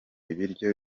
ibiryo